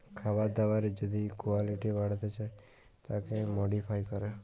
খাবার দাবারের যদি কুয়ালিটি বাড়াতে চায় তাকে মডিফাই ক্যরে